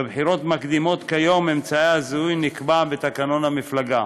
בבחירות מקדימות כיום אמצעי הזיהוי נקבע בתקנון המפלגה.